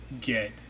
get